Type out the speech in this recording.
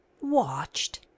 Watched